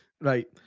Right